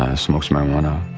ah smokes marijuana,